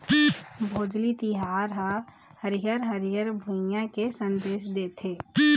भोजली तिहार ह हरियर हरियर भुइंया के संदेस देथे